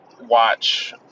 watch